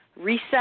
reset